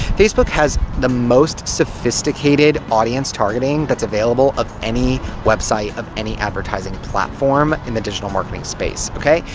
facebook has the most sophisticated audience targeting that's available of any website of any advertising platform in the digital marketing space, ok?